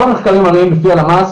כל המחקרים מראים לפי הלמ"ס,